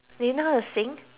do you know how to sing